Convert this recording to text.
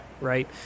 right